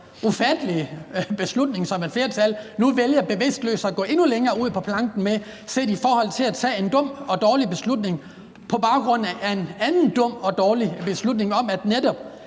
ufattelige beslutning, som et flertal nu vælger bevidstløst at gå endnu længere ud på planken med, set i forhold til at tage en dum og dårlig beslutning på baggrund af en anden dum og dårlig beslutning om netop